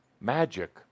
magic